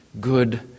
good